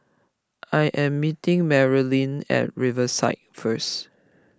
I am meeting Marilynn at Riverside first